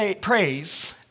praise